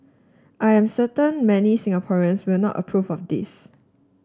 I am certain many Singaporeans will not approve of this